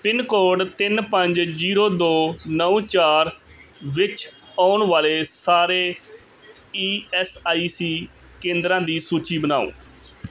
pin code ਤਿੰਨ ਪੰਜ zero ਦੋ ਨੌਂ ਚਾਰ ਵਿੱਚ ਆਉਣ ਵਾਲੇ ਸਾਰੇ ਈ ਐਸ ਆਈ ਸੀ ਕੇਂਦਰਾਂ ਦੀ ਸੂਚੀ ਬਣਾਓ